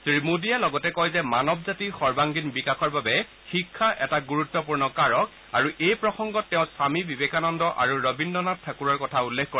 শ্ৰী মোডীয়ে লগতে কয় যে মানৱ জাতি সৰ্বাংগীন বিকাশৰ বাবে শিক্ষা এটা গুৰুত্পূৰ্ণ কাৰক আৰু এই প্ৰসংগত তেওঁ স্বমী বিবেকানন্দ আৰু ৰবীদ্ৰনাথ ঠাকুৰৰ কথা উল্লেখ কৰে